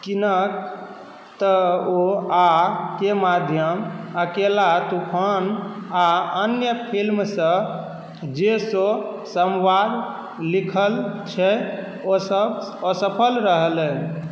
किएक तऽ ओ आओरके माध्यम अकेला तूफान आओर अन्य फिलिमसब जेसब सम्वाद लिखल छै ओसब असफल रहलनि